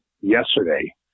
yesterday